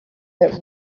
that